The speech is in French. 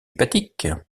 hépatique